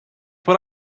what